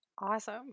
Awesome